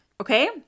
okay